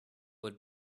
would